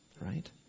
right